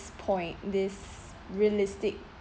point this realistic